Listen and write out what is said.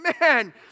man